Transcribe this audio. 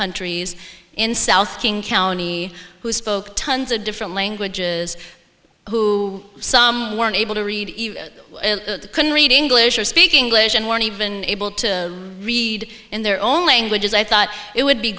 countries in south king county who spoke tons of different languages who some were unable to read couldn't read english or speak english and weren't even able to read in their own languages i thought it would be